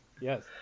yes